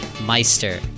Meister